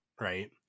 Right